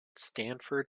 stanford